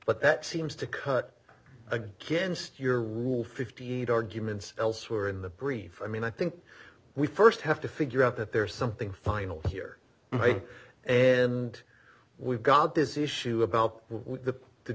but that seems to cut against your rule fifty eight arguments elsewhere in the brief i mean i think we st have to figure out that there's something final here and we've got this issue about the the